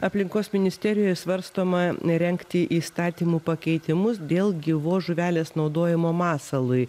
aplinkos ministerijoje svarstoma rengti įstatymų pakeitimus dėl gyvos žuvelės naudojimo masalui